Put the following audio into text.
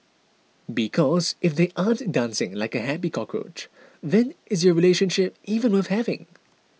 because if they aren't dancing like a happy cockroach then is your relationship even worth having